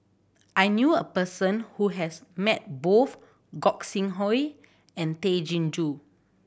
I knew a person who has met both Gog Sing Hooi and Tay Chin Joo